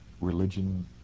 religion